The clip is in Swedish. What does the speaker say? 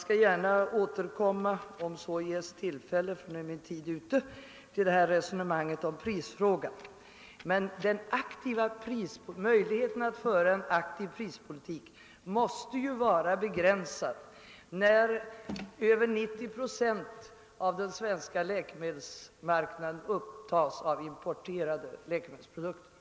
Nu är repliktiden ute, men om tillfälle ges skall jag gärna återkomma till resonemanget om Pprisfrågan. Jag vill bara säga att möjligheten att föra en aktiv prispolitik måste vara begränsad, när över 90 procent av den svenska läkemedelsmarknaden upptas av importerade läkemedelsprodukter.